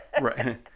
Right